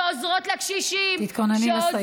שעוזרות לעניים, שעוזרות לקשישים, תתכונני לסיים.